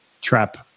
trap